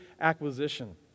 acquisition